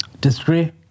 Disagree